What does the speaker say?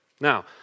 Now